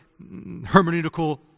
hermeneutical